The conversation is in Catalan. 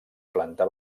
planta